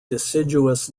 deciduous